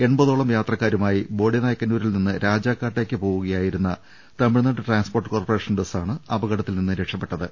എൺപ തോളം യാത്രക്കാരുമായി ബോഡിനായ്ക്കന്നൂരിൽ നിന്ന് രാജാക്കാട്ടേക്ക് പോവുകയായിരുന്ന തമിഴ്നാട് ട്രാൻസ്പോർട്ട് കോർപ്പറേഷൻ ബസ്സാണ് അപകടത്തിൽ നിന്ന് രക്ഷപ്പെട്ടത്